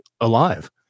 alive